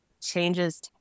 changes